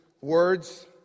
words